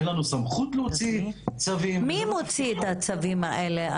אין לנו סמכות להוציא צווים --- מי מוציא את הצווים האלה?